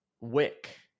wick